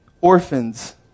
Orphans